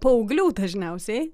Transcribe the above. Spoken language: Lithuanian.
paauglių dažniausiai